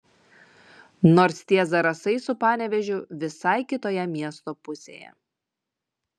nors tie zarasai su panevėžiu visai kitoje miesto pusėje